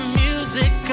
music